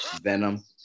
venom